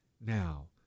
now